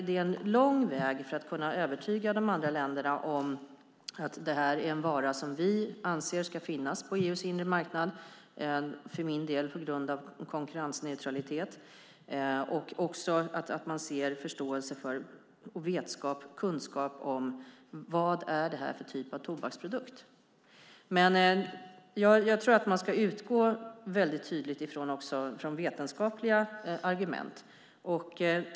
Det är en lång väg att gå för att kunna övertyga de andra länderna om att det här är en vara som vi anser ska finnas på EU:s inre marknad, för min del på grund av konkurrensneutralitet, samt för att skapa förståelse för, vetskap om och kunskap om vad detta är för typ av tobaksprodukt. Jag tror att man ska utgå väldigt tydligt från vetenskapliga argument.